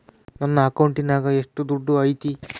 ನನ್ನ ಅಕೌಂಟಿನಾಗ ಎಷ್ಟು ದುಡ್ಡು ಐತಿ?